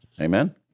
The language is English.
Amen